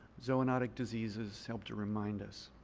zoonotic diseases help to remind us.